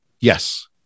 Yes